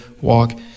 walk